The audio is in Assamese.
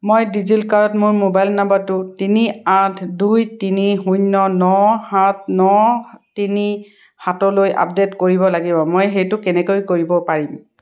মই ডিজি লকাৰত মোৰ মোবাইল নম্বৰটো তিনি আঠ দুই তিনি শূন্য ন সাত ন তিনি সাতলৈ আপডেট কৰিব লাগিব মই সেইটো কেনেকৈ কৰিব পাৰিম